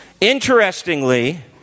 Interestingly